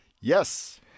Yes